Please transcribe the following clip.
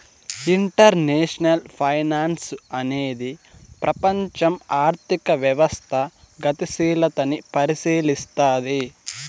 international finance అనేది ప్రపంచం ఆర్థిక వ్యవస్థ గతిశీలతని పరిశీలస్తది